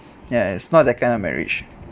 ya it's not that kind of marriage